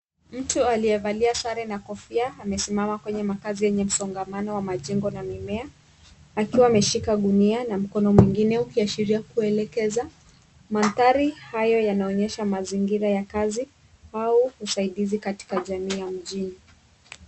Mtu aliyevalia sare na kofia amesimama kwenye makazi yenye msongamano wa majengo na mimea akiwa ameshika gunia na mkono mwingine ukiashiria kuelekeza . Mandhari hayo yanaonyesha mazingira ya kazi au usaidizi katika jamii ya mjini.